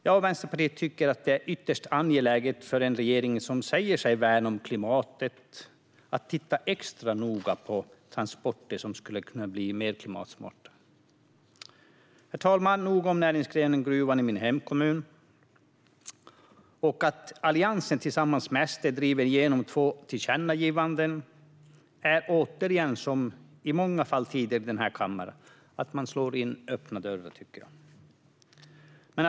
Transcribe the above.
Jag och Vänsterpartiet tycker att det är ytterst angeläget för en regering som säger sig värna om klimatet att titta extra noga på transporter som skulle kunna bli mer klimatsmarta. Herr talman! Nog om näringsgrenen gruvan i min hemkommun. Att Alliansen tillsammans med SD driver igenom två tillkännagivanden tycker jag återigen är att slå in öppna dörrar, som i många fall tidigare i den här kammaren.